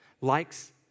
likes